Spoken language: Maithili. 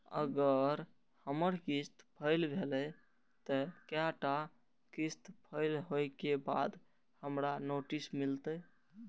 अगर हमर किस्त फैल भेलय त कै टा किस्त फैल होय के बाद हमरा नोटिस मिलते?